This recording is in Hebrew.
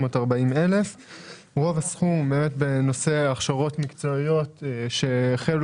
רוב הסכום הוא לנושא הכשרות מקצועיות שהחל עוד